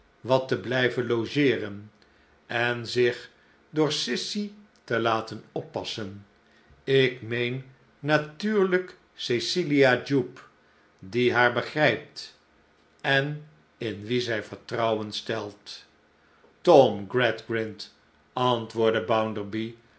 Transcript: wat te blijven logeeren en zich door sissy te laten oppassen ik meen natuurlijk cecilia jupe die haar begrijpt en in wie zij vertrouwen stelt tom gradgrind antwoordde